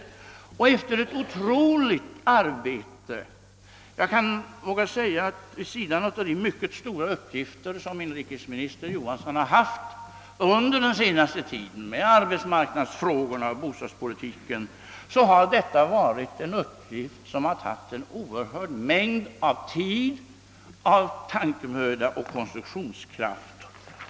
Det var ett otroligt arbete. Och jag vågar säga att vid sidan av de mycket stora uppgifter som inrikesminister Johansson har haft under den senaste tiden — jag syftar på arbetsmarknadsfrågorna och bostadspolitiken — har detta varit ett arbete som tagit mycket tid och krävt mycken tankemöda och konstruktionskraft.